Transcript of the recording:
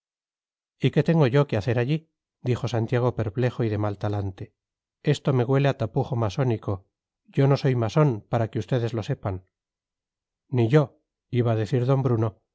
y qué tengo yo que hacer allí dijo santiago perplejo y de mal talante esto me huele a tapujo masónico yo no soy masón para que ustedes lo sepan ni yo iba a decir d bruno